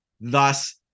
Thus